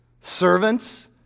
servants